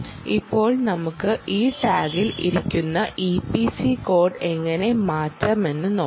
ഇപ്പോൾ നമുക്ക് ഈ ടാഗിൽ ഇരിക്കുന്ന ഇപിസി കോഡ് എങ്ങനെ മാറ്റാമെന്ന് നോക്കാം